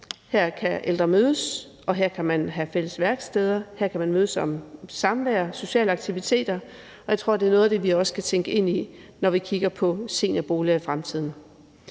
Her kan ældre mødes, her kan man have fælles værksteder, her kan man mødes om samvær og sociale aktiviteter, og jeg tror, at det er noget af det, vi også skal indtænke, når vi kigger på seniorboliger i fremtiden.